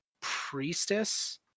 Priestess